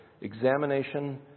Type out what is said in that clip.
examination